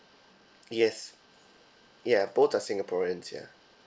yes ya both are singaporeans ya